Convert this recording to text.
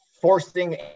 forcing